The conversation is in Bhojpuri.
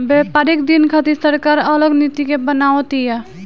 व्यापारिक दिन खातिर सरकार अलग नीति के बनाव तिया